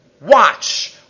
watch